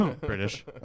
British